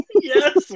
Yes